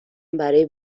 برا